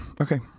Okay